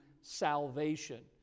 salvation